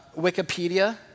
Wikipedia